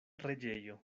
reĝejo